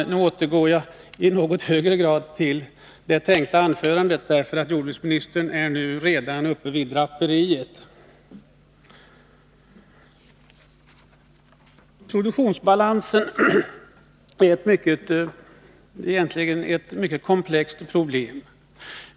Jag ser nu att jordbruksministern lämnat kammaren, och jag återgår till mitt anförande såsom jag hade tänkt att hålla det. Produktionsbalansen är egentligen ett mycket komplext problem.